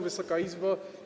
Wysoka Izbo!